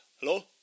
Hello